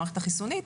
המערכת החיסונית,